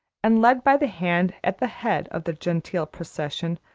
and led by the hand at the head of the genteel procession,